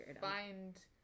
find